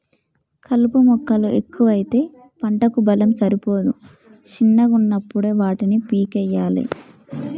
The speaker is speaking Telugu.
కలుపు మొక్కలు ఎక్కువైతే పంటకు బలం సరిపోదు శిన్నగున్నపుడే వాటిని పీకేయ్యలే